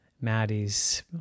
Maddie's